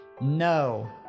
no